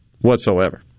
whatsoever